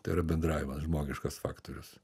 tai yra bendravimas žmogiškas faktorius